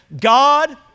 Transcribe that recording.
God